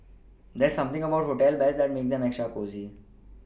there's something about hotel beds that makes them extra cosy